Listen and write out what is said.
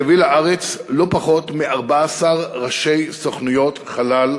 שהביא לארץ לא פחות מ-14 ראשי סוכנויות חלל בעולם.